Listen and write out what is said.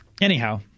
Anyhow